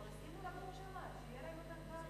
הם כבר הסכימו לגור שם, אז שיהיה להם יותר קל.